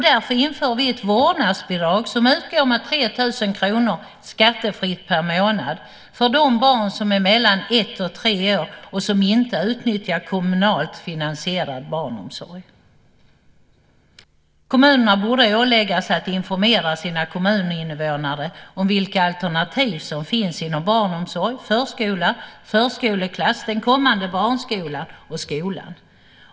Därför inför vi ett vårdnadsbidrag som utgår med 3 000 kr skattefritt per månad för de barn som är mellan ett och tre år och som inte utnyttjar kommunalt finansierad barnomsorg. Kommunerna borde åläggas att informera sina kommuninvånare om vilka alternativ som finns inom barnomsorg, förskola, förskoleklass, den kommande barnskolan och skolan.